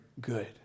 good